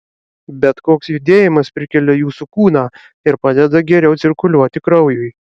bet koks judėjimas prikelia jūsų kūną ir padeda geriau cirkuliuoti kraujui